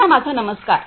सर्वांना माझा नमस्कार